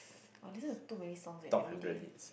I listen to too many songs eh everyday